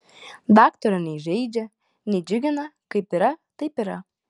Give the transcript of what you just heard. daktaro nei žeidžia nei džiugina kaip yra taip yra